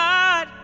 God